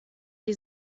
die